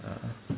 (uh huh)